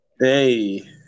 Hey